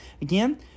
Again